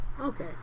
Okay